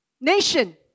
nation